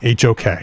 HOK